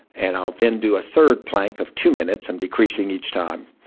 and i'll then do a third plank of two minutes, i'm decreasing each time.